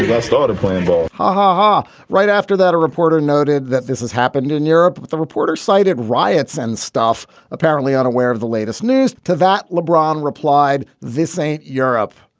yeah started playing ball ha ha. right after that, a reporter noted that this has happened in europe with the reporter, cited riots and stuff. apparently unaware of the latest news to that, lebron replied. this ain't europe.